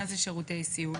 מה זה שירותי סיעוד?